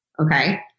Okay